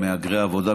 הם מהגרי עבודה,